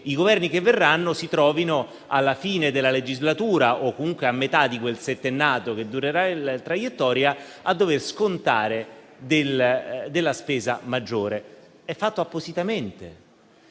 i Governi che verranno si trovino alla fine della legislatura, o comunque a metà di quel settennato che durerà la traiettoria, a dover scontare della spesa maggiore. È fatto appositamente.